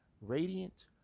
radiant